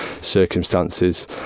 circumstances